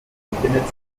befindet